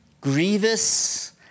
grievous